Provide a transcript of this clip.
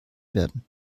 werden